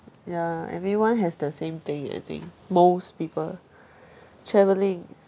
ya everyone has the same thing I think most people travelling